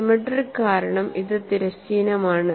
symmetric കാരണം ഇത് തിരശ്ചീനമാണ്